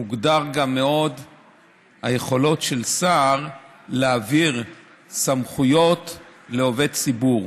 מוגדרות מאוד היכולות של שר להעביר סמכויות לעובד ציבור,